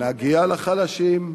נגיע לחלשים.